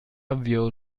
avviò